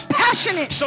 passionate